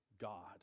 God